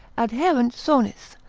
adhaerent sonis,